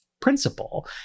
principle